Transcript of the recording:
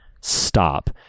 stop